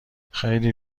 خیلی